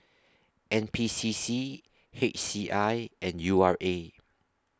N P C C H C I and U R A